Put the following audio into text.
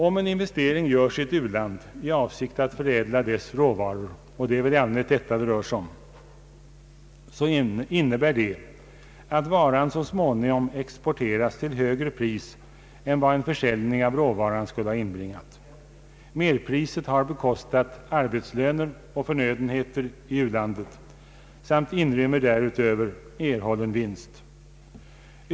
Om en investering görs i ett u-land i avsikt att förädla någon av dess råvaror — och det är väl i allmänhet detta det rör sig om — så innebär det, att varan så småningom exporteras till högre pris än vad en försäljning av råvaran skulle ha inbringat. Merpriset har bekostat arbetslöner och förnödenheter i u-landet samt inrymmer därutöver erhållen vinst.